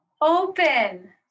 open